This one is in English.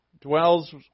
dwells